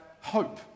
hope